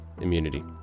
immunity